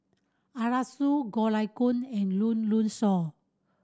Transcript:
Arasu Goh Lay Kuan and Shaw